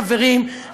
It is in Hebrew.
חברים,